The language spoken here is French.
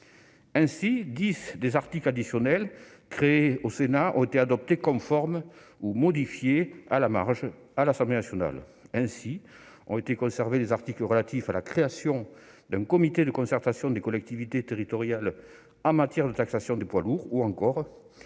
Dix des articles additionnels créés au Sénat ont été adoptés conformes ou modifiés à la marge à l'Assemblée nationale. Ainsi, ont été conservés les articles relatifs à la création d'un comité de concertation des collectivités territoriales en matière de taxation des poids lourds, ou encore